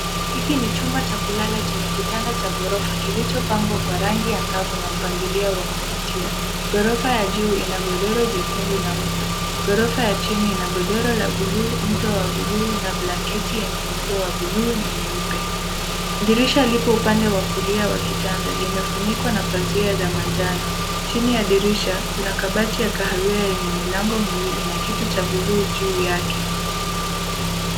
Hiki ni chumba cha kulala chenye kitanda cha gorofa kilichopangwa kwa rangi angavu na mpangalio wa kuvutia. Gorofa ya juu ina godoro jekundu na mto. Gorofa ya chini ina godoro la bluu, mto wa bluu na blanketi yenye muundo wa bluu na nyeupe. Dirisha lipo upande wa kulia wa kitanda, limefunikwa na pazia za manjano. Chini ya dirisha kuna kabati ya kahawia yenye milango miwili na kitu cha bluu juu yake.